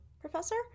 Professor